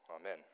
Amen